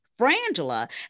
Frangela